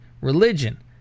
religion